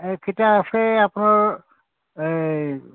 একিটা আছে আপোনাৰ